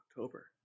october